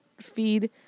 feed